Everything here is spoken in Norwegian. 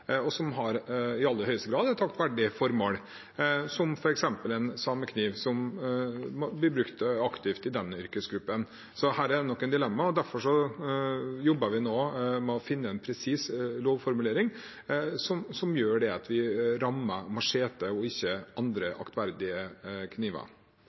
og som i aller høyeste grad har et aktverdig formål, som f.eks. en samekniv, som blir brukt aktivt av en yrkesgruppe. Så her er det noen dilemmaer, derfor jobber vi nå med å finne en presis lovformulering som gjør at vi rammer machete, og ikke